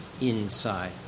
inside